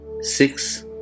six